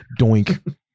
Doink